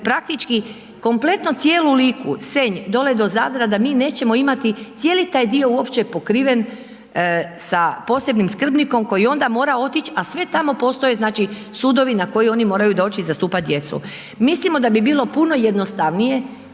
praktički kompletno cijelu Liku, Senj, dole do Zadra da mi nećemo imati cijeli taj dio uopće pokriven sa posebnim skrbnikom koji onda mora otić, a sve tamo postoje znači sudovi na koji oni moraju doći i zastupati djecu. Mislimo da bi bilo puno jednostavnije